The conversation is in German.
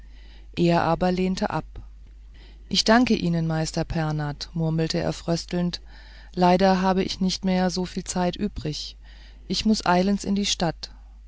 er aber lehnte ab ich danke ihnen meister pernath murmelte er fröstelnd leider habe ich nicht mehr so viel zeit übrig ich muß eilends in die stadt